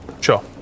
Sure